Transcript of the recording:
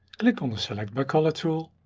click on the select by color tool